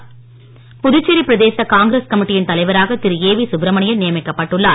சுப்பிரமணியன் புதுச்சேரி பிரதேச காங்கிரஸ் கமிட்டியின் தலைவராக திரு ஏவி சுப்பிரமணியன் நியமிக்கப்பட்டுள்ளார்